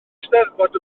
eisteddfod